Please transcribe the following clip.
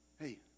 Hey